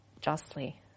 justly